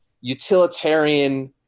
utilitarian